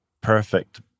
perfect